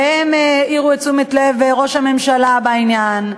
והם העירו את תשומת לב ראש הממשלה בעניין,